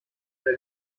der